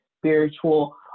spiritual